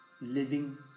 living